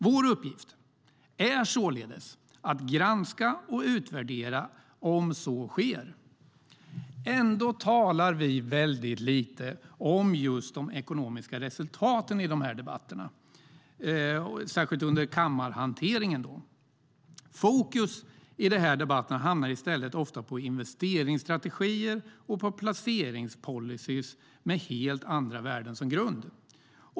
Vår uppgift är således att granska och utvärdera om så sker. Ändå talar vi väldigt lite om just de ekonomiska resultaten i dessa debatter, särskilt under kammarhanteringen. Fokus i de här debatterna hamnar i stället ofta på investeringsstrategier och på placeringspolicyer med helt andra värden som grund.